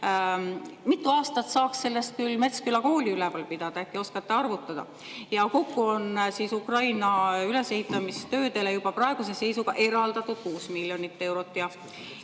Mitu aastat saaks selle eest Metsküla kooli üleval pidada, äkki oskate arvutada? Kokku on Ukraina ülesehitamistöödele juba praeguse seisuga eraldatud 6 miljonit eurot.